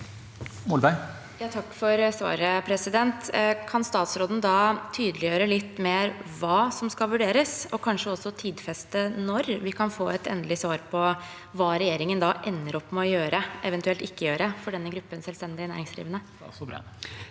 Takk for svaret. Kan statsråden da tydeliggjøre litt mer hva som skal vurderes, og kanskje også tidfeste når vi kan få et endelig svar på hva regjeringen ender opp med å gjøre, eventuelt ikke gjøre, for denne gruppen selvstendig næringsdrivende?